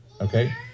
okay